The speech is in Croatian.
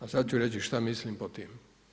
A sad ću reći što mislim pod tim.